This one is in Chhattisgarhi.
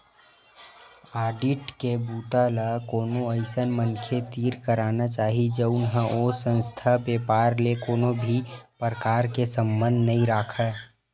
आडिट के बूता ल कोनो अइसन मनखे तीर कराना चाही जउन ह ओ संस्था, बेपार ले कोनो भी परकार के संबंध नइ राखय